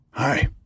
Hi